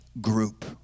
group